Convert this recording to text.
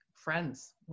friends